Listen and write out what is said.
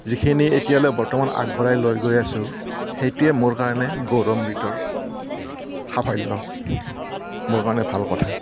যিখিনি এতিয়ালৈ বৰ্তমান আগবঢ়াই লৈ গৈ আছোঁ সেইটোৱে মোৰ কাৰণে গৌৰৱান্বিত সাফল্য মোৰ কাৰণে ভাল কথা